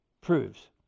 proves